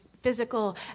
physical